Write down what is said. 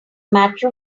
matter